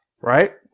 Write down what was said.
right